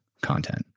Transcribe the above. content